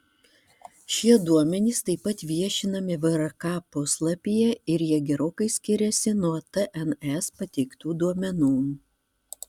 šie duomenys taip pat viešinami vrk puslapyje ir jie gerokai skiriasi nuo tns pateiktų duomenų